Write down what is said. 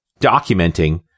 documenting